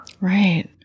Right